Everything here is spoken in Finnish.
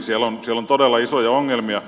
siellä on todella isoja ongelmia